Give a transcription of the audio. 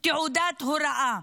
תעודת הוראה.